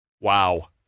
Wow